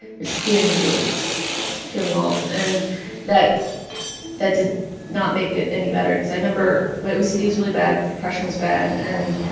your skin feels like it's peeling off. and that that did not make it any better because i remember my ah so ocd was really bad. the depression was bad. and,